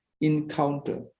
encounter